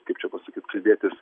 kaip čia pasakyt kalbėtis